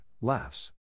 laughs